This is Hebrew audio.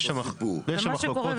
ומה שקורה,